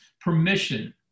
permission